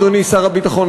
אדוני שר הביטחון,